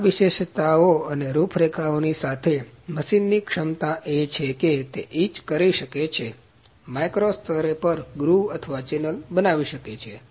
તેથી આ વિશેષતાઓ અને રૂપરેખા ની સાથે મશીનની ક્ષમતા એ છે કે તે એચ કરી શકે છે માઇક્રો સ્તરે પર ગ્રુવ અથવા ચેનલ બનાવી શકે છે